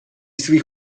svých